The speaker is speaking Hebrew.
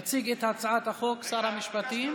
יציג את הצעת החוק שר המשפטים.